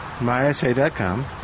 mysa.com